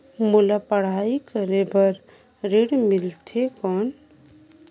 मोला पढ़ाई करे बर ऋण मिलथे कौन?